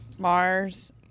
Mars